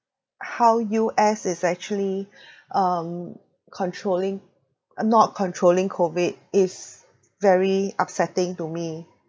how U_S is actually um controlling not controlling COVID is very upsetting to me